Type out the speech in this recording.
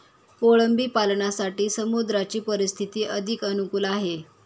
कोळंबी पालनासाठी समुद्राची परिस्थिती अधिक अनुकूल आहे